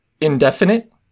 indefinite